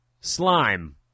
Slime